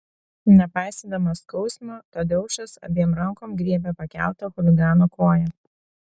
nepaisydamas skausmo tadeušas abiem rankom griebė pakeltą chuligano koją